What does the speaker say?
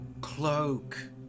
cloak